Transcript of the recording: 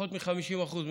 פחות מ-50% מחיפה.